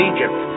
Egypt